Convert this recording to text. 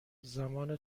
زمان